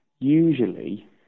Usually